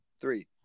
three